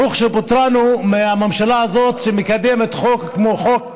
ברוך שפטרנו מהממשלה הזאת שמקדמת חוק כמו חוק קמיניץ,